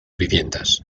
viviendas